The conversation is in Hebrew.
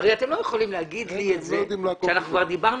הרי אתם לא יכולים להגיד לי את זה כשאנחנו כבר דיברנו